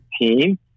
team